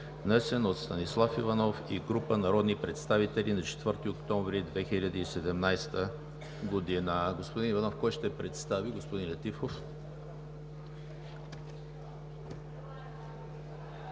Внесен от Станислав Иванов и група народни представители на 4 октомври 2017 г. Господин Иванов, кой ще го представи? Господин Летифов.